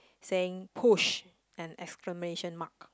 saying push and exclamation mark